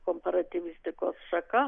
komparatyvistikos šaka